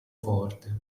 forte